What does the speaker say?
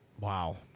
Wow